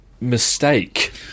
mistake